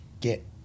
get